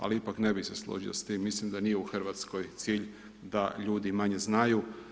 Ali ipak ne bih se složio s time, mislim da nije u Hrvatskoj cilj da ljudi manje znaju.